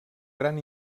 gran